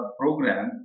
program